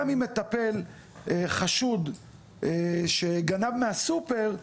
גם אם מטפל חשוד שגנב מהסופר,